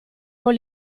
con